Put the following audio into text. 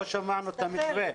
לא שמענו אותו.